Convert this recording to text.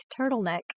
turtleneck